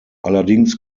allerdings